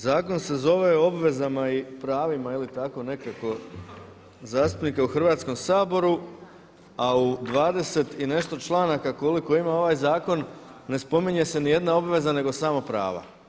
Zakon se zove o obvezama i pravima ili tako nekako zastupnika u Hrvatskom saboru a u 20 i nešto članaka koliko ima ovaj zakon ne spominje se ni jedna obveza nego samo prava.